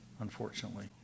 unfortunately